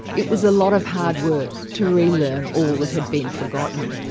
it was a lot of hard work to re-learn all that had been forgotten.